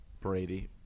Brady